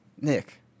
Nick